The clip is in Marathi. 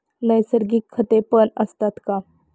नैसर्गिक खतेपण असतात का?